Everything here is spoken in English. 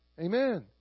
Amen